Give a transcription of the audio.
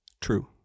True